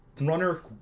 runner